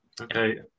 Okay